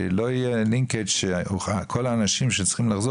שלא יהיה linkage שכל האנשים שצריכים לחזור